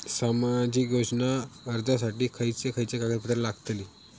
सामाजिक योजना अर्जासाठी खयचे खयचे कागदपत्रा लागतली?